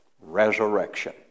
resurrection